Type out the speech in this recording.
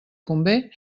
convé